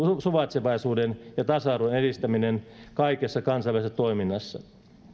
suvaitsevaisuuden ja tasa arvon edistäminen kaikessa kansainvälisessä toiminnassa